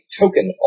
token